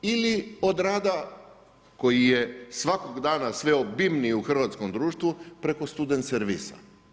Ili od rada, koji je svakog dana sve obimniji u hrvatskom društvu preko student servisa.